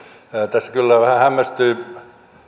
tässä kyllä vähän hämmästyy